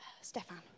Stefan